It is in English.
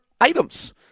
items